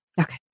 Okay